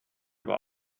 aber